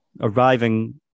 arriving